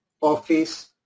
office